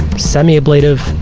semi-ablative,